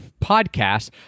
podcasts